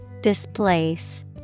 Displace